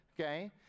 okay